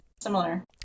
similar